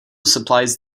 supplies